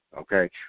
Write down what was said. okay